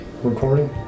Recording